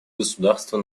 государства